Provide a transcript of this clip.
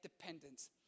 dependence